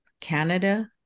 Canada